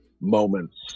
moments